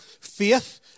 Faith